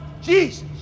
Jesus